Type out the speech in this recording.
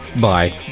Bye